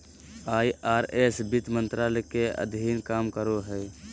IRS वित्त मंत्रालय के अधीन काम करो हय